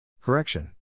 Correction